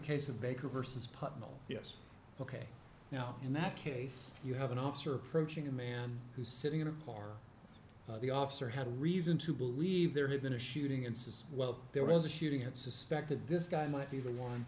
case of baker versus putnam yes ok now in that case you have an officer approaching a man who's sitting in a car the officer had a reason to believe there had been a shooting and says well there was a shooting at suspected this guy might be the one